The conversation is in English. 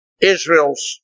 Israel's